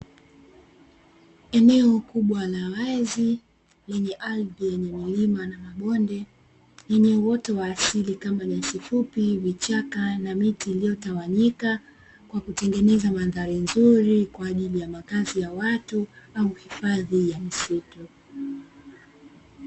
Eneo kubwa la wazi lenye ardhi yenye milima na mabonde, yenye uoto wa asili kama: nyasi fupi, vichaka, na miti iliyotawanyika kwa kutengeneza mandhari nzuri kwa ajili ya makazi ya watu au hifadhi ya misitu.